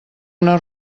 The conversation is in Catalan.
una